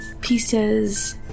pieces